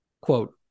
quote